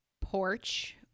porch